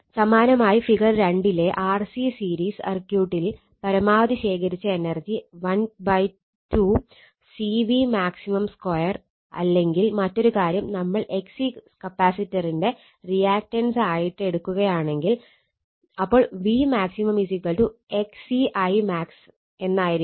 സമാനമായി ഫിഗർ 2 ലെ RC series സർക്യൂട്ടിൽ പരമാവധി ശേഖരിച്ച എനർജി 12 CVmax2 അല്ലെങ്കിൽ മറ്റൊരു കാര്യം നമ്മൾ XC കപ്പാസിറ്ററിന്റെ റിയാക്റ്റൻസ് ആയിട്ട് എടുക്കുകയാണെങ്കിൽ അപ്പോൾ Vmax XC Imax എന്നായിരിക്കും